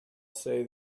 say